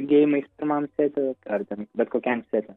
geimais pirmam sete ar ten betkokiam sete